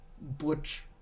butch